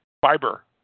fiber